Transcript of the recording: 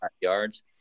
yards